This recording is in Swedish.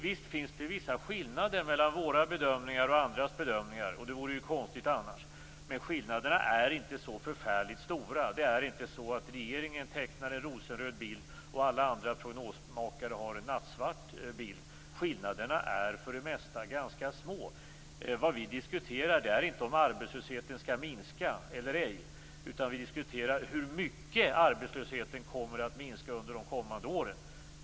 Visst finns det vissa skillnader mellan våra bedömningar och andras bedömningar. Det vore konstigt annars. Men skillnaderna är inte så förfärligt stora. Det är inte så att regeringen tecknar en rosenröd bild och att alla andra prognosmakare tecknar en nattsvart bild. Skillnaderna är för det mesta ganska små. Vad vi diskuterar är inte om arbetslösheten skall minska eller ej, utan hur mycket arbetslösheten kommer att minska under de kommande åren.